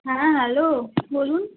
হ্যাঁ হ্যালো বলুন